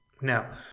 Now